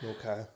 Okay